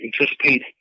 anticipate